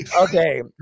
Okay